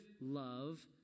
love